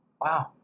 wow